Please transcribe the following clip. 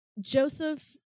Joseph